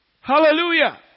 Hallelujah